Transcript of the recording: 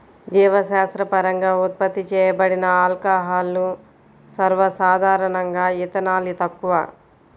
జీవశాస్త్రపరంగా ఉత్పత్తి చేయబడిన ఆల్కహాల్లు, సర్వసాధారణంగాఇథనాల్, తక్కువ